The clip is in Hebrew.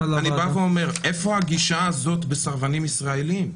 אז אני אומר, איפה הגישה הזו בסרבנים ישראלים?